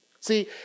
See